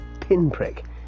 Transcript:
pinprick